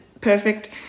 perfect